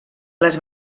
les